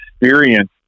experience